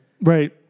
right